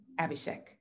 Abhishek